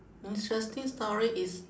interesting story is